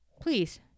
please